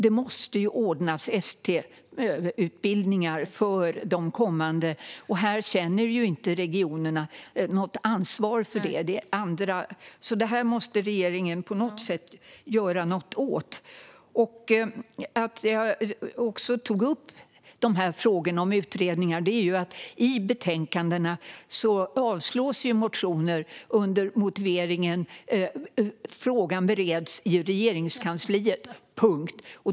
Det måste ordnas ST-utbildningar för de kommande. Här känner inte regionerna något ansvar för det. Det måste regeringen på något sätt göra något åt. Att jag tog upp frågan om utredningar är för att det i betänkanden avstyrks motioner med motiveringen: Frågan bereds i Regeringskansliet - punkt.